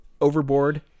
overboard